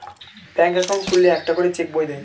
ব্যাঙ্কে অ্যাকাউন্ট খুললে একটা করে চেক বই দেয়